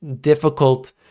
difficult